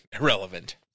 Irrelevant